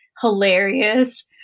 hilarious